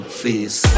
face